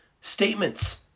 statements